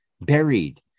buried